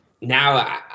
now